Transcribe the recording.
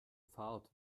fahrt